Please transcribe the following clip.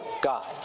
God